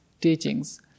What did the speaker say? teachings